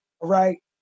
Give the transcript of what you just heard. right